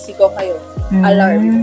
alarm